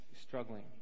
struggling